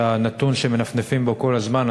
הנתון שמנפנפים בו כל הזמן,